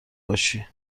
باشی